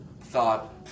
thought